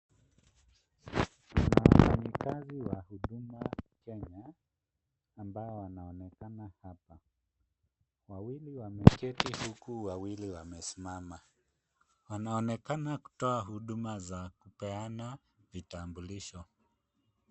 Wafanyikazi wa Huduma Kenya ambao wanaonekana hapa. Wawili wameketi huku wawili wamesimama. Wanaonekana kutoa huduma za kupeana vitambulisho.